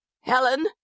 Helen